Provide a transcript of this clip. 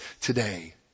today